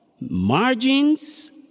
margins